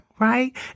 Right